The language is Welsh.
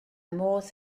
modd